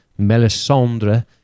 Melisandre